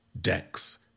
decks